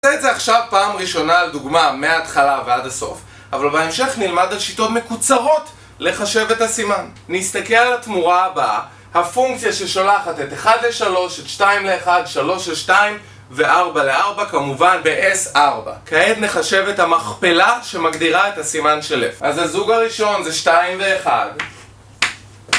נעשה את זה עכשיו פעם ראשונה, לדוגמה, מההתחלה ועד הסוף אבל בהמשך נלמד על שיטות מקוצרות לחשב את הסימן נסתכל על התמורה הבאה הפונקציה ששולחת את 1 ל-3, את 2 ל-1, 3 ל-2 ו-4 ל-4, כמובן, ב-S4 כעת נחשב את המכפלה שמגדירה את הסימן של F אז הזוג הראשון זה 2 ו-1